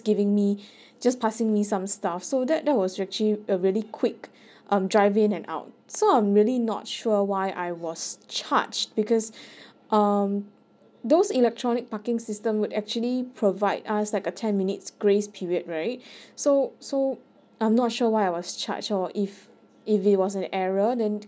giving me just passing me some stuff so that that was actually a really quick um drive in and out so I'm really not sure why I was charged because um those electronic parking system would actually provide us like a ten minutes grace period right so so I'm not sure why I was charged or if if it was the error then